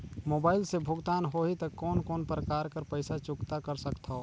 Mobile से भुगतान होहि त कोन कोन प्रकार कर पईसा चुकता कर सकथव?